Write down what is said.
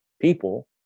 people